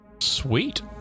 sweet